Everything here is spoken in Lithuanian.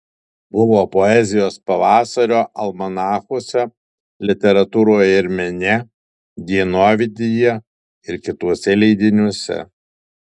buvo poezijos pavasario almanachuose literatūroje ir mene dienovidyje ir kituose leidiniuose